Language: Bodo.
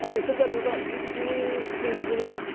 आरो नोंसोर गामियाव गासिबो बिदिनो लोंजोबो नामा